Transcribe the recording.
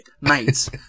mates